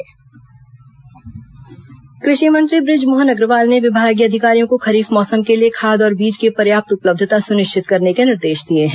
कृषि समीक्षा कृषि मंत्री बुजमोहन अग्रवाल ने विभागीय अधिकारियों को खरीफ मौसम के लिए खाद और बीज की पर्याप्त उपलब्धता सुनिश्चित करने के निर्देश दिए हैं